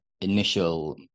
initial